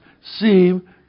seem